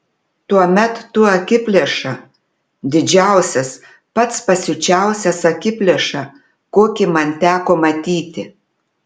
tuomet tu akiplėša didžiausias pats pasiučiausias akiplėša kokį man teko matyti